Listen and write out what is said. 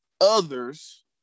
others